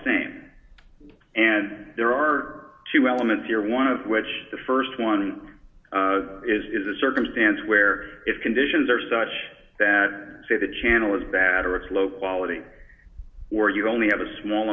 same and there are two elements here one of which the st one is a circumstance where if conditions are such that say the channel is bad or it's low quality or you only have a small